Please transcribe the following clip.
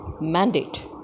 mandate